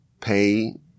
pay